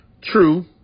true